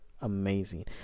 amazing